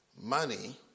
money